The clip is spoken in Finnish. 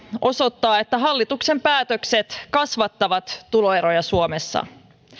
osoittaa että hallituksen päätökset kasvattavat tuloeroja suomessa